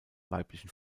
weiblichen